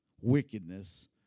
wickedness